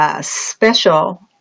special